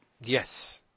Yes